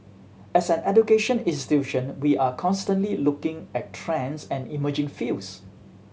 as an education institution we are constantly looking at trends and emerging fields